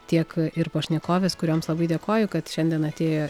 tiek ir pašnekovės kurioms labai dėkoju kad šiandien atėjo